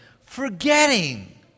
forgetting